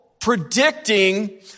predicting